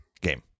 game